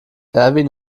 erwin